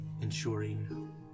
ensuring